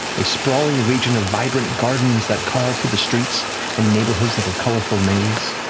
a sprawling region of vibrant gardens that carve through the streets and neighborhoods like a colorful maze,